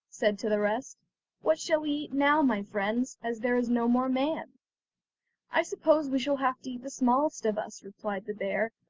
said to the rest what shall we eat now, my friends, as there is no more man i suppose we shall have to eat the smallest of us replied the bear,